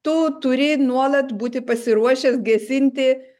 tu turi nuolat būti pasiruošęs gesinti